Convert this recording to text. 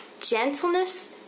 gentleness